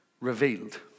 revealed